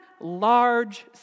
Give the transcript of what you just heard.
large